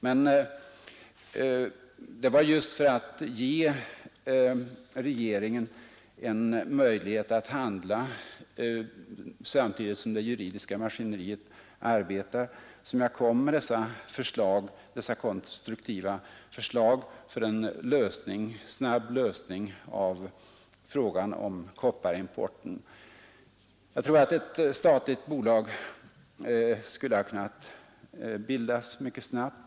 Men det var just för att ge regeringen en möjlighet att handla samtidigt som det juridiska maskineriet arbetar som jag kom med dessa konstruktiva förslag för en snabb lösning av frågan om kopparimporten. Jag tror att ett statligt bolag skulle ha kunnat bildas mycket snabbt.